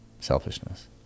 selfishness